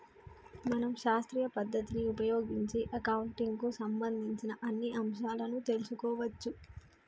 మనం శాస్త్రీయ పద్ధతిని ఉపయోగించి అకౌంటింగ్ కు సంబంధించిన అన్ని అంశాలను తెలుసుకోవచ్చు